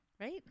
Right